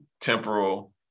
temporal